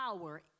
power